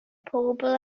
pobl